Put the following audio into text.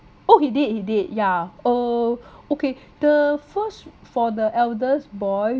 oh he did he did ya uh okay the first for the eldest boy